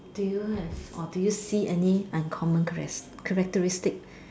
do you have or do you see any uncommon characteristic